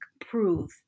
prove